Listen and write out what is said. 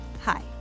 Hi